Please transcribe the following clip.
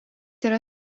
yra